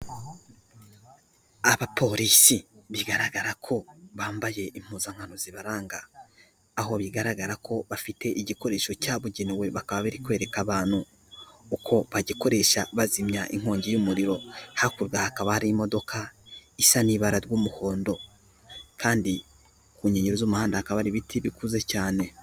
Abapolisi bigaragara ko bambaye impuzankano zibaranga, aho bigaragara ko bafite igikoresho cyabugenewe bakaba bari kwereka abantu uko bagikoresha bazimya inkongi y'umuriro, hakurya hakaba hari imodoka isa n'ibara ry'umuhondo kandi ku nkegero z'umuhanda hakaba ari ibiti bikuze cyane.